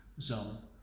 zone